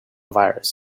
virus